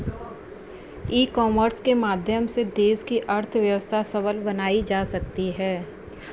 ई commerce के माध्यम से देश की अर्थव्यवस्था सबल बनाई जा सकती है